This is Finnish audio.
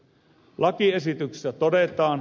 lakiesityksessä todetaan